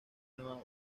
nueva